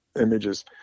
images